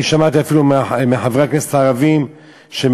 אני שמעתי אפילו מחברי הכנסת הערבים שהם